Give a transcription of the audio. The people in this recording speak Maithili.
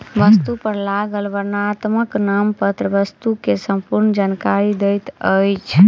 वस्तु पर लागल वर्णनात्मक नामपत्र वस्तु के संपूर्ण जानकारी दैत अछि